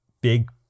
big